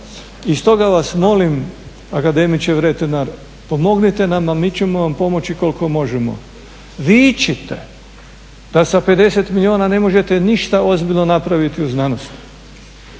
I stoga vas molim akademiče Vretenar pomognite vam, a mi ćemo vam pomoći koliko možemo. Vičite, da sa 50 milijuna ne možete ništa ozbiljno napraviti u znanosti,